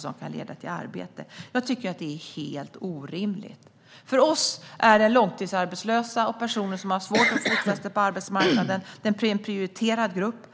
som kunde leda till arbete. Jag tycker att det var helt orimligt. För oss är långtidsarbetslösa och andra personer som har svårt att få fotfäste på arbetsmarknaden en prioriterad grupp.